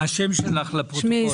כאן.